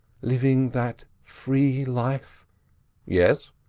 living that free life yes?